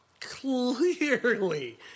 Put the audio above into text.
clearly